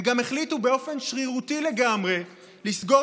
הם גם החליטו באופן שרירותי לגמרי לסגור